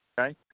okay